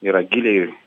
yra giliai